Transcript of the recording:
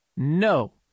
No